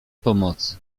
pomocy